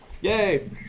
Yay